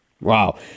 Wow